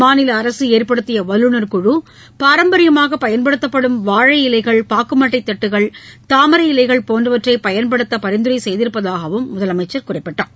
மாநில அரசு ஏற்படுத்திய வல்லுநர் குழு பாரம்பரியமாக பயன்படுத்தப்படும் வாழழ இலைகள் பாக்கு மட்டை தட்டுகள் தாமரை இலைகள் போன்றவற்றை பயன்படுத்த பரிந்துரை செய்திருப்பதாகவும் முதலமைச்சர் குறிப்பிட்டார்